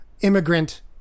immigrant